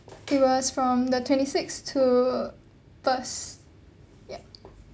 it was from the twenty-sixth to first ya